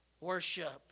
worship